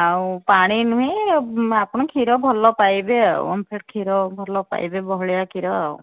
ଆଉ ପାଣି ନୁହେଁ ଆପଣ କ୍ଷୀର ଭଲ ପାଇବେ ଆଉ ଓମଫେଡ଼୍ କ୍ଷୀର ଭଲ ପାଇବେ ବହଳିଆ କ୍ଷୀର ଆଉ